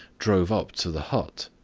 drove up to the hut.